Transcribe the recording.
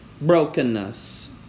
brokenness